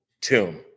tomb